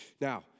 Now